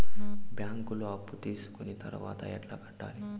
బ్యాంకులో అప్పు తీసుకొని తర్వాత ఎట్లా కట్టాలి?